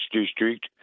district